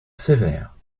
sévère